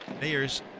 Mayors